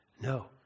No